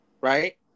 right